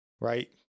right